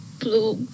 blue